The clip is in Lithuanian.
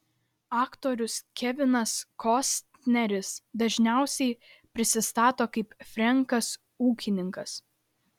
aktorius kevinas kostneris dažniausiai prisistato kaip frenkas ūkininkas